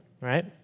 right